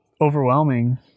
overwhelming